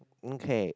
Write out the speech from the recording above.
okay